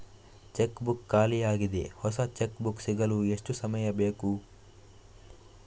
Check book ಖಾಲಿ ಯಾಗಿದೆ, ಹೊಸ ಚೆಕ್ ಬುಕ್ ಸಿಗಲು ಎಷ್ಟು ಸಮಯ ಬೇಕು?